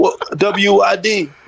W-I-D